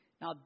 Now